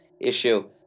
issue